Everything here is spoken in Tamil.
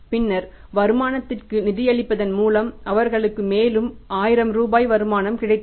பின்னர் வருமானத்திற்கு நிதியளிப்பதன் மூலம் அவர்களுக்கு மேலும் 1000 ரூபாய் வருமானம் கிடைத்தது